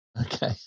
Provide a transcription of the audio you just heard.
Okay